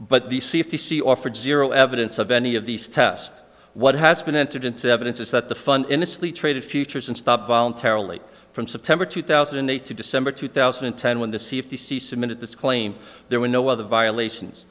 c offered zero evidence of any of these test what has been entered into evidence is that the fun in a sleep traded futures and stop voluntarily from september two thousand and eight to december two thousand and ten when the c of the c submitted this claim there were no other violations